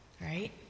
right